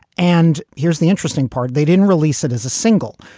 and here's the interesting part. they didn't release it as a single.